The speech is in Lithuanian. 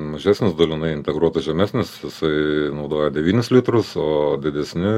mažesnis dalinai integruotas žemesnis jisai naudoja devynis litrus o didesni